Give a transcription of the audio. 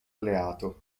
alleato